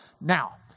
Now